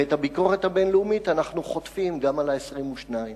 ואת הביקורת הבין-לאומית אנחנו חוטפים גם על ה-22.